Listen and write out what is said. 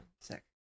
sick